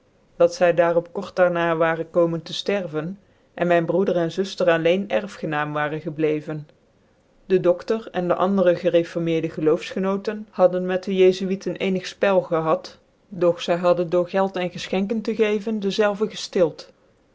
dat zy daar op kort daar n i waren komen te ftervcn cn mijn broeder en suiker alleen erfyenaam waren gebleven den doctor en de andere gereformeerde geloofsgenoten hadden met de jt finten ecnig lpcl gehad doch zy hadden door geld en gefchenken te gecven dezelve geftilt